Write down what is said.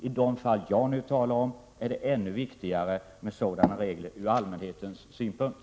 I de fall som jag nu talar om är det ännu viktigare med sådana regler ur allmänhetens synpunkt.